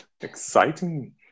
exciting